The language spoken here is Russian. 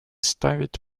ставит